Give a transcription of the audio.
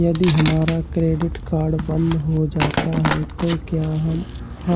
यदि हमारा credit card बंद हो जाता है तो क्या हम